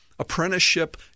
Apprenticeship